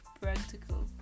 practical